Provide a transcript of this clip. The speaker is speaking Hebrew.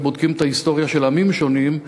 כשבודקים את ההיסטוריה של עמים שונים,